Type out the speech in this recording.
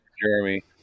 Jeremy